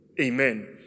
Amen